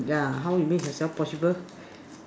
yeah how you make yourself possible